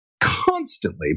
constantly